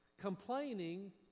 complaining